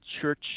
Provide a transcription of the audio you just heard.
church